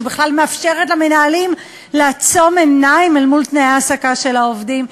שבכלל מאפשרת למנהלים לעצום עיניים אל מול תנאי ההעסקה של העובדים,